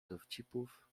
dowcipów